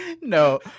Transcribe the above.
No